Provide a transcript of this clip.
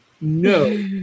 No